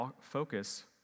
focus